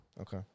Okay